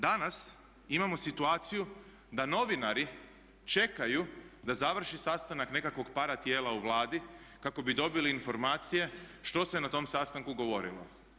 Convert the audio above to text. Danas imamo situaciju da novinari čekaju da završi sastanak nekakvog para tijela u Vladi kako bi dobili informacije što se na tom sastanku govorilo.